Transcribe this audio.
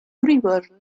universal